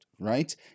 right